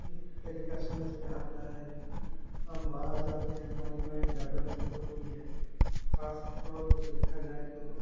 طریقہ سمجھ میں آتا ہے ہم باہر جاتے ہیں ہماری مائنڈ ڈیولپ ہوتی ہے خاص طور پہ دیکھا جائے تو